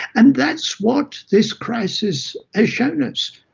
and that's what this crisis has shown us.